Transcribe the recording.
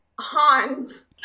Hans